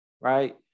right